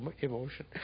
emotion